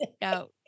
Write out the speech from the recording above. no